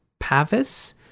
Pavis